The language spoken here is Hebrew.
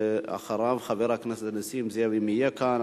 ואחריו, חבר הכנסת נסים זאב, אם יהיה כאן.